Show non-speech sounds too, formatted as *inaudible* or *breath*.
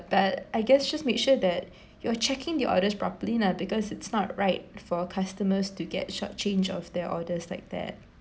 but I guess just make sure that *breath* you're checking the orders properly lah because it's not right for customers to get short-changed of their orders like that